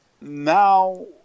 now